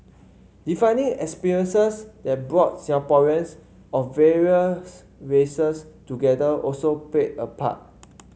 defining experiences that brought Singaporeans of various races together also played a part